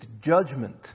judgment